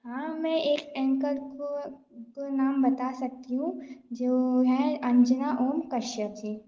हाँ मैं एक एंकर को को नाम बता सकती हूँ जो हैं अंजना ओम कश्यप जी